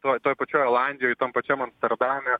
toj toj pačioj olandijoj tam pačiam amsterdame